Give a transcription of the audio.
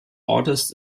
ortes